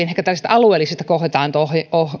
ehkä tällaisista alueellisista kohtaanto